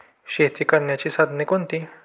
शेती करण्याची साधने कोणती?